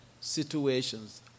situations